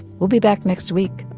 we'll be back next week.